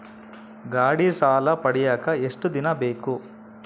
ಗಾಡೇ ಸಾಲ ಪಡಿಯಾಕ ಎಷ್ಟು ದಿನ ಬೇಕು?